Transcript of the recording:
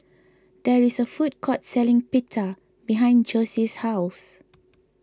there is a food court selling Pita behind Jossie's house